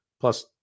Plus